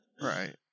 Right